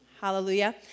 Hallelujah